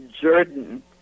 Jordan